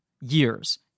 years